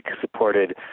supported